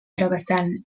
travessant